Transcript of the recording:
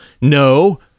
no